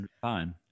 Fine